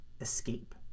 escape